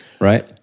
right